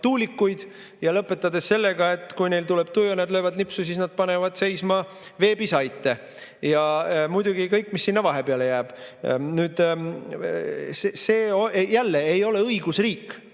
tuulikuid, ja lõpetades sellega, et kui neil tuleb tuju ja nad löövad nipsu, siis nad panevad seisma veebisaite. Ja muidugi kõik, mis sinna vahepeale jääb. See jälle ei ole õigusriik.